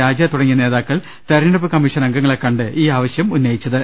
രാജ തുടങ്ങിയ നേതാക്കൾ തെര ഞ്ഞെടുപ്പ് കമ്മീഷൻ അംഗങ്ങളെ കണ്ട് ഈ ആവശ്യം ഉന്നയിച്ചത്